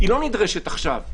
לא נדרשת עכשיו.